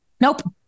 Nope